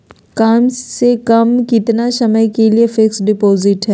कम से कम कितना समय के लिए फिक्स डिपोजिट है?